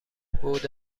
بُعد